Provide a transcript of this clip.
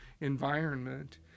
environment